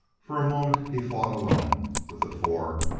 for a moment he fought alone with the four,